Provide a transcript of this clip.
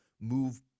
move